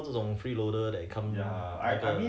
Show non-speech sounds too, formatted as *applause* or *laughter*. *laughs*